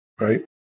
right